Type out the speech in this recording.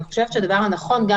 אני חושבת שהדבר הנכון,